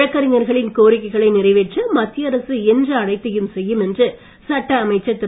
வழக்கறிஞர்களின் கோரிக்கைகளை நிறைவேற்ற மத்திய அரசு இயன்ற அனைத்தையும் செய்யும் என்று சட்ட அமைச்சர் திரு